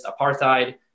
apartheid